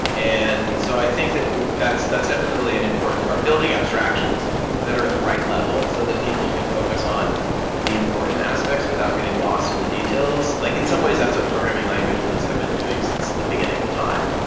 and so i think that's that's definitely an important part, building abstractions that are at the right level, so that people can focus on the important aspects without getting lost in the details. like in some ways, that's what programming languages have been doing since the beginning of time.